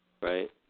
Right